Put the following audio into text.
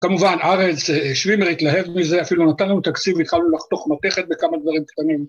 כמובן, שווימר התלהב מזה, אפילו נתן תקציב, התחלנו לחתוך מתכת וכמה דברים קטנים.